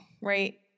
right